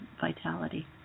vitality